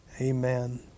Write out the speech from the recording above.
Amen